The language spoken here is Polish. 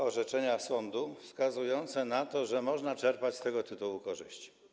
orzeczenia sądu wskazujące na to, że można czerpać z tego tytułu korzyści.